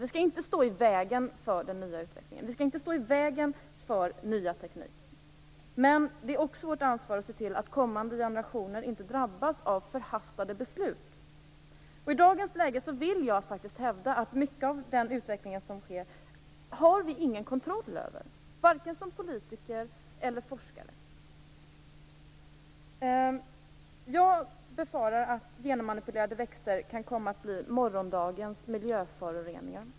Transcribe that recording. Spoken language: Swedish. Vi skall inte stå i vägen för den nya utvecklingen, vi skall inte stå i vägen för ny teknik, men det är vårt ansvar att se till att kommande generationer inte drabbas av förhastade beslut. I dagens läge vill jag faktiskt hävda att mycket av den här utvecklingen har vi ingen kontroll över, varken som politiker eller som forskare. Jag befarar att genmanipulerade växter kan komma att bli morgondagens miljöföroreningar.